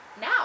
now